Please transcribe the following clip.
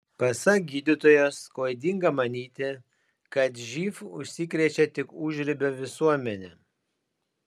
pasak gydytojos klaidinga manyti kad živ užsikrečia tik užribio visuomenė